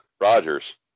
Rogers